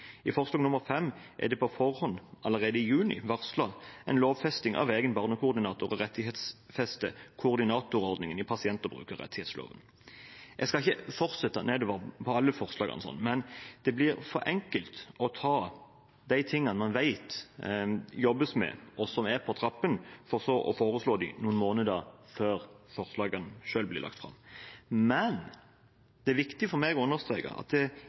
allerede i juni varslet en lovfesting av egen barnekoordinator og rettighetsfesting av gjeldende koordinatorordning i pasient- og brukerrettighetsloven. Jeg skal ikke fortsette å kommentere alle forslagene, men det blir for enkelt å ta det man vet det jobbes med, og som er på trappene, og så foreslå dem noen måneder før selve forslagene blir lagt fram. Men det er viktig for meg å understreke at det